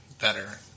better